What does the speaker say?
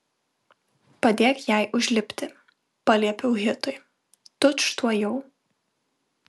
padėk jai užlipti paliepiau hitui tučtuojau